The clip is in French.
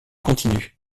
continu